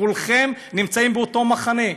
כולכם נמצאים באותו מחנה,